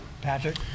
patrick